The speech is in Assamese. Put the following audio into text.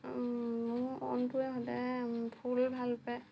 মোৰ মনটোৱে সদায় ফুল ভাল পায়